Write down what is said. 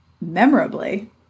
Memorably